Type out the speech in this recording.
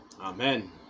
Amen